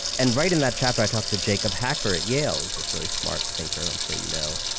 and writing that chapter, i talked to jacob hacker at yale, who's this really smart thinker, i'm sure you know,